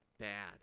bad